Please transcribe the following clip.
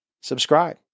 Subscribe